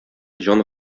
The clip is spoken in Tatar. җан